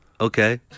Okay